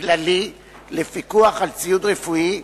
כללי לפיקוח על ציוד רפואי,